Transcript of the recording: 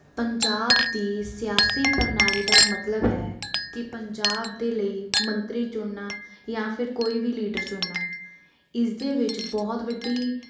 ਪੰਜਾਬ ਦੀ ਸਿਆਸੀ ਪ੍ਰਣਾਲੀ ਦਾ ਮਤਲਬ ਹੈ ਕਿ ਪੰਜਾਬ ਦੇ ਲਈ ਮੰਤਰੀ ਚੁਣਨਾ ਜਾਂ ਫਿਰ ਕੋਈ ਵੀ ਲੀਡਰ ਚੁਣਨਾ ਇਸ ਦੇ ਵਿੱਚ ਬਹੁਤ ਵੱਡੀ